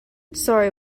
sorry